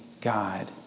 God